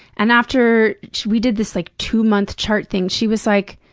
and after we did this, like, two-month chart thing, she was like,